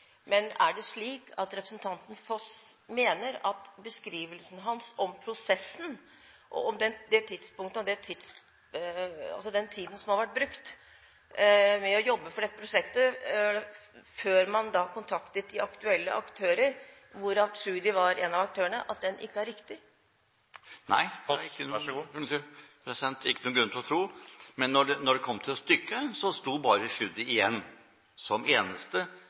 men er det slik at representanten Foss mener at beskrivelsen hans om prosessen, om den tiden som har vært brukt til å jobbe for dette prosjektet før man kontaktet de aktuelle aktører – hvorav Tschudi var én av aktørene – ikke er riktig? Nei, det er det ikke noen grunn til å tro. Men da det kom til stykket, sto bare Tschudi igjen som den eneste